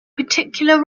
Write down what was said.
particular